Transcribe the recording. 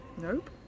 Nope